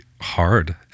hard